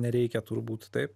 nereikia turbūt taip